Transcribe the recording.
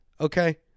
okay